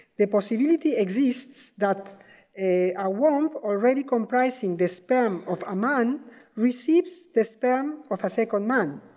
the possibility exists that a a womb already comprising the sperm of a man receives the sperm of a second man.